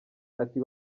ati